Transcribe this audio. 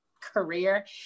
career